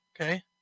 Okay